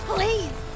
Please